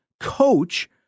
coach